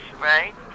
right